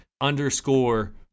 underscore